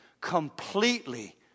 completely